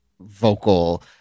vocal